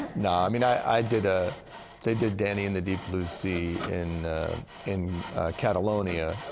no. i mean, i i did a they did danny and the deep blue sea in in catalonia,